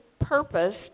purpose